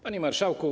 Panie Marszałku!